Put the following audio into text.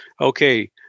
Okay